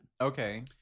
Okay